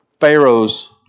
Pharaoh's